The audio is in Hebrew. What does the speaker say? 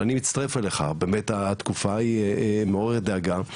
ואני מצטרף אליך, התקופה מעוררת דאגה.